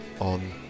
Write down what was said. on